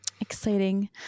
exciting